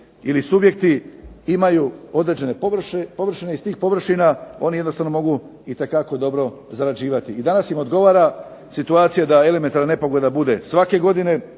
ili subjekti imaju određene površine. Iz tih površina oni mogu itekako dobro zarađivati. I danas im odgovara situacija da elementarna nepogoda bude svake godine